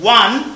one